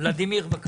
ולדימיר, בבקשה.